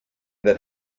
that